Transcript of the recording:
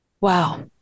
Wow